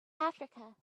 africa